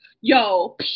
yo